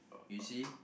you see